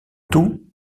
tout